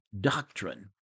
doctrine